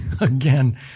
Again